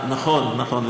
נכון, נכון.